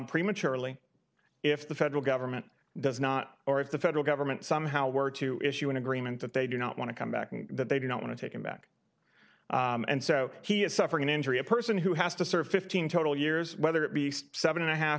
prematurely if the federal government does not or if the federal government somehow were to issue an agreement that they do not want to come back that they do not want to take him back and so he is suffering an injury a person who has to serve fifteen total years whether it be seven and a half